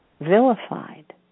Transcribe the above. vilified